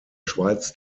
schweiz